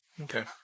Okay